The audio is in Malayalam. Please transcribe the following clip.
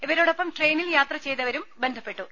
ഇവരോടൊപ്പം ട്രെയിനിൽ യാത്ര ചെയ്തവരും ബന്ധപ്പെട്ടു